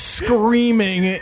screaming